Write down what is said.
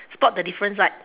spot the difference right